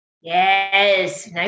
Yes